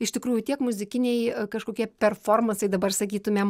iš tikrųjų tiek muzikiniai kažkokie performansai dabar sakytumėm